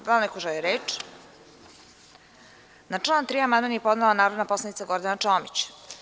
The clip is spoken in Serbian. Da li neko želi reč? (Ne) Na član 3. amandman je podnela narodni poslanik Gordana Čomić.